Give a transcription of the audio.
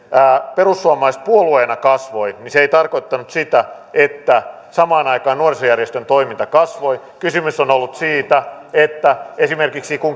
perussuomalaiset puolueena kasvoi niin se ei tarkoittanut sitä että samaan aikaan nuorisojärjestön toiminta kasvoi kysymys on ollut siitä että kun esimerkiksi